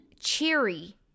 Cheery